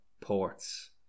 ports